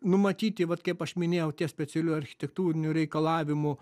numatyti vat kaip aš minėjau specialiųjų architektūrinių reikalavimų